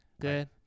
Good